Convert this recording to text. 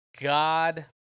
God